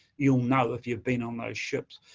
you'll know, if you've been on those ships.